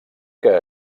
que